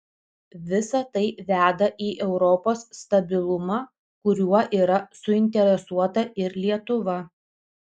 visa tai veda į europos stabilumą kuriuo yra suinteresuota ir lietuva